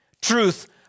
Truth